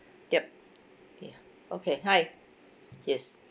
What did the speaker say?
yup ya okay hi yes